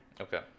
Okay